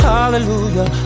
Hallelujah